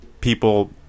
people